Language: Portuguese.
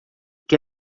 que